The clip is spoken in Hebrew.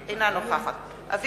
אינה נוכחת אורלי לוי אבקסיס,